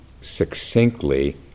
succinctly